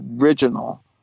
original